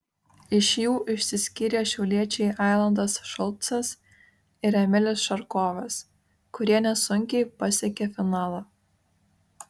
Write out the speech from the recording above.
iš jų išsiskyrė šiauliečiai ailandas šulcas ir emilis šarkovas kurie nesunkiai pasiekė finalą